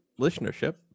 listenership